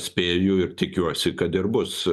spėju ir tikiuosi kad ir bus